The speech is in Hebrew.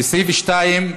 לסעיף 2,